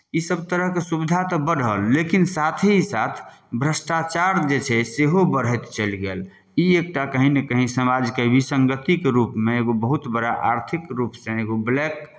ईसभ तरहके सुविधा तऽ बढ़ल लेकिन साथ ही साथ भ्रष्टाचार जे छै सेहो बढ़ैत चलि गेल ई एकटा कहीँ ने कहीँ समाजके विसंगतिके रूपमे एगो बहुत बड़ा आर्थिक रूपसँ एगो ब्लैक